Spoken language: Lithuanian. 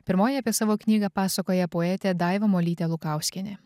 pirmoji apie savo knygą pasakoja poetė daiva molytė lukauskienė